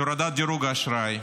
להורדת דירוג האשראי,